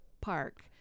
park